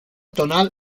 tonal